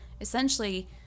essentially